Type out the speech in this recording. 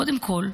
קודם כול,